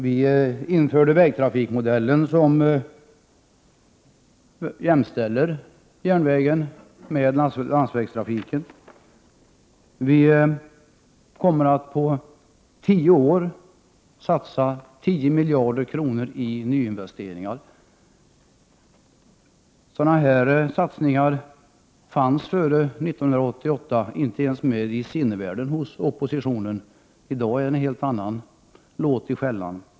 Vi införde vägtrafikmodellen, som jämställer järnvägen med landsvägstrafiken. Vi kommer att på tio år satsa 10 miljarder kronor i nyinvesteringar. Sådana satsningar fanns före 1988 inte ens i sinnevärlden hos oppositionen. I dag är det en helt annan låt i skällan.